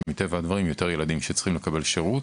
ומטבע הדברים יותר ילדים שצריכים לקבל שירות.